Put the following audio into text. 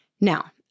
Now